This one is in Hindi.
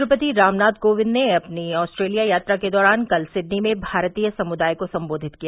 राष्ट्रपति रामनाथ कोविंद ने अपनी ऑस्ट्रेलिया यात्रा के दौरान कल सिडनी में भारतीय समुदाय को संबोधित किया